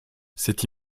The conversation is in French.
cette